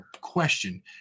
question